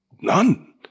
none